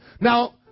Now